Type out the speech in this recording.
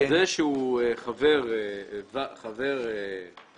זה שהוא חבר העמותה,